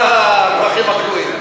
הרווחים הכלואים,